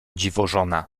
dziwożona